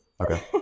Okay